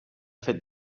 fet